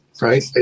right